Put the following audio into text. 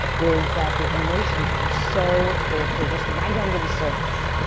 is that their emotions are so they're they're just right under the surface!